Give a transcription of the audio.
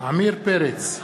עמיר פרץ,